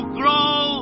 grow